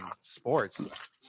sports